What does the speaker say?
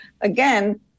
again